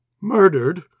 Murdered